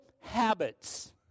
habits